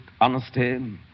honesty